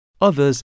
Others